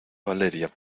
valeria